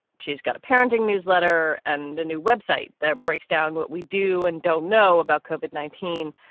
she's got a parenting newsletter and a new web site that breaks down what we do and don't know about copan nineteen.